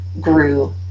grew